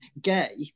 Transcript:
gay